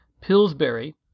Pillsbury